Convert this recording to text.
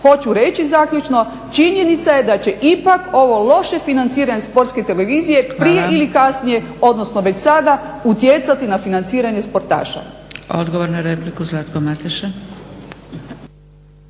Hoću reći, zaključno, činjenica je da će ipak ovo loše financiranje Sportske televizije prije ili kasnije, odnosno već sada utjecati na financiranje sportaša. **Zgrebec, Dragica